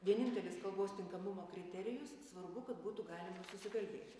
vienintelis kalbos tinkamumo kriterijus svarbu kad būtų galima susikalbėti